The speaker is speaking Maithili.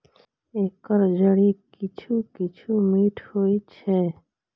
एकर जड़ि किछु किछु मीठ होइ छै